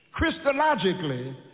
Christologically